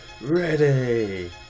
ready